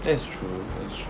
that's true that's true